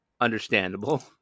understandable